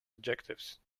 adjectives